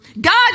God